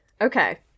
okay